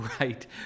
Right